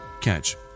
Catch